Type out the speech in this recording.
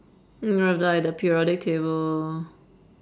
you have like the periodic table